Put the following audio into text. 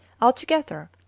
altogether